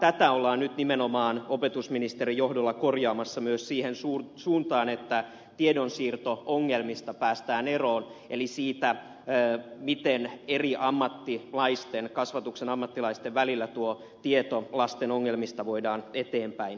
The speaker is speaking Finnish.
tätä ollaan nyt nimenomaan opetusministerin johdolla korjaamassa myös siihen suuntaan että tiedonsiirto ongelmista päästään eroon eli siitä miten eri kasvatuksen ammattilaisten välillä tuo tieto lasten ongelmista voidaan eteenpäin viedä